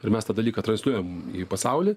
ir mes tą dalyką transliuojam į pasaulį